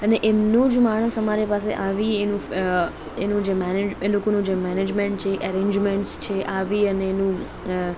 અને એમનોજ માણસ અમારી પાસે આવી એનું એનું જે મેનેજ એ લોકોનું જે મેનેજમેન્ટ છે અરેન્જમેન્ટ્સ છે આવી અને અનુ